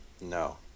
No